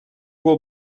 will